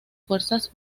fuerzas